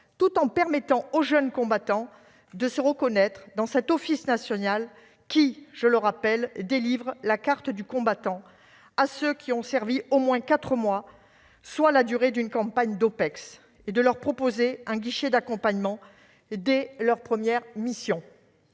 et à permettre aux jeunes combattants de se reconnaître dans cet Office national. Je le rappelle, celui-ci délivre la carte du combattant à ceux qui ont servi au moins quatre mois, soit la durée d'une campagne d'OPEX, et leur propose un guichet d'accompagnement dès leur première mission.